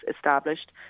established